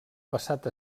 passat